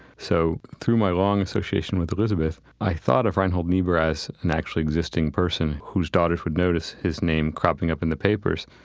so through my long association with elisabeth, i thought of reinhold niebuhr as an actually, existing person whose daughter would notice his name cropping up in the papers.